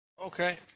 okay